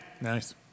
nice